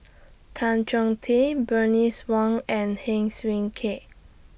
Tan Chong Tee Bernice Wong and Heng Swee Keat